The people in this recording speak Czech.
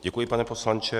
Děkuji, pane poslanče.